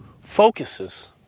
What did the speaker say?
focuses